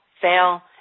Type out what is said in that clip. fail